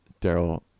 Daryl